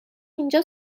اینجا